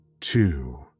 two